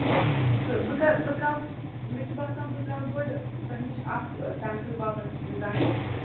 تہٕ بہٕ کرٕ بہٕ تراوٕ مےٚ چھُ باسان بہٕ ترٛاوٕ گۄٕڈٕ تۄہہِ نِش اَکھ سٮ۪مپٕل باپَتھ ڈِزایِن